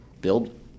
build